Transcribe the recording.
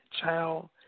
child